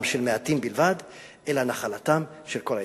של מעטים בלבד אלא נחלתם של כל הישראלים.